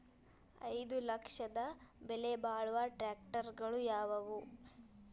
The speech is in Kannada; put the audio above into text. ಐದು ಲಕ್ಷದ ಬೆಲೆ ಬಾಳುವ ಟ್ರ್ಯಾಕ್ಟರಗಳು ಯಾವವು?